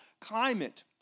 climate